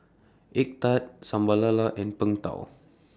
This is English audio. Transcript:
Egg Tart Sambal Lala and Png Tao